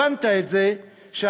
הבנת את זה שאתה,